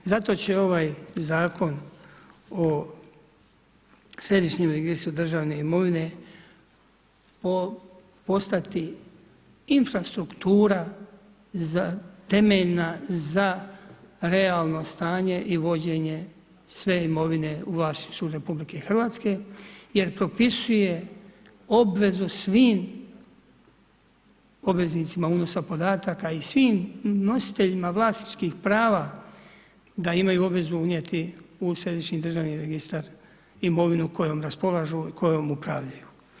Zato će ovaj Zakon o središnjem registru državne imovine postati infrastruktura temeljna za realno stanje i vođenje sve imovine u vlasništvu RH jer propisuje obvezu svim obveznicima unosa podataka i svim nositeljima vlasničkih prava da imaju obvezu unijeti u središnji državni registar imovinu kojom raspolažu i kojom upravljaju.